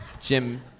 Jim